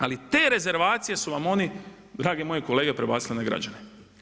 Ali te rezervacije su vam oni, drage moje kolege prebacile na građane.